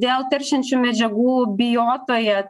dėl teršiančių medžiagų bijotaje